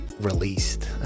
released